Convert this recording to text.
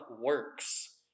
works